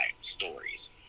stories